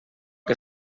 que